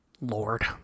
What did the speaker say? Lord